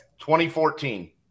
2014